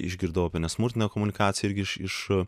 išgirdau apie nesmurtinę komunikaciją irgi iš